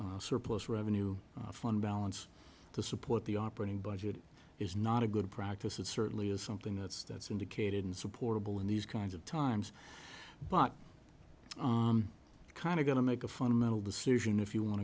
surplus revenue fund balance to support the operating budget is not a good practice it certainly is something that's that's indicated insupportable in these kinds of times but kind of going to make a fundamental decision if you want